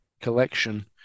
collection